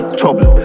trouble